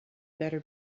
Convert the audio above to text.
better